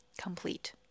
Complete